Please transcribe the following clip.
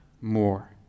more